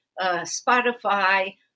Spotify